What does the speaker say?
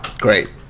Great